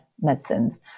medicines